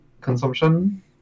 consumption